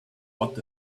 what